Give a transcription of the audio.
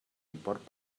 import